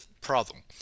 problem